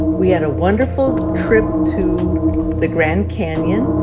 we had a wonderful trip to the grand canyon,